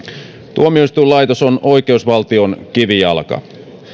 tuomioistuinlaitos on oikeusvaltion kivijalka